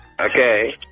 Okay